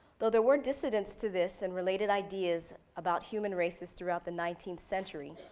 though there were descendants to this and related ideas about human races throughout the nineteenth century,